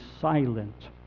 silent